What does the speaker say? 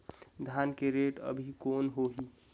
धान के रेट अभी कौन होही?